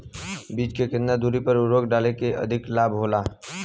बीज के केतना दूरी पर उर्वरक डाले से अधिक लाभ होला?